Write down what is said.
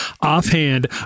offhand